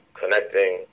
connecting